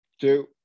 two